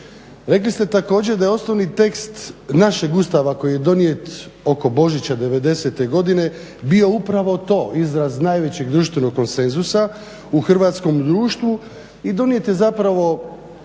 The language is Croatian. Rekli ste također da je osnovni tekst našeg Ustava koji je donijet oko Božića devedesete godine bio upravo to, izraz najvećeg društvenog konsenzusa u hrvatskom društvu i donijet je zapravo